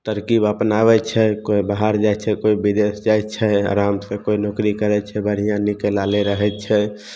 तरकीब अपनाबय छै कोइ बाहर जाइ छै कोइ विदेश जाइ छै आरामसँ कोइ नौकरी करय छै बढ़िआँ नीके लाले रहय छै